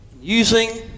using